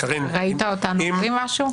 ראית אותנו אומרים משהו?